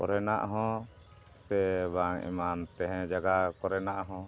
ᱠᱚᱨᱮᱱᱟᱜ ᱦᱚᱸ ᱥᱮ ᱵᱟᱝ ᱮᱢᱟᱱ ᱛᱟᱦᱮᱸ ᱡᱟᱭᱜᱟ ᱠᱚᱨᱮᱱᱟᱜ ᱦᱚᱸ